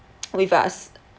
with us